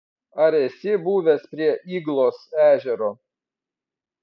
ar esi buvęs prie yglos ežero